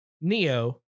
Neo